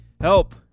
help